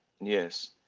Yes